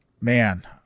Man